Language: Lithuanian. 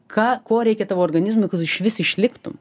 ką ko reikia tavo organizmui kad tu išvis išliktum